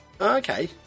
Okay